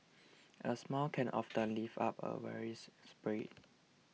a smile can often lift up a weary spirit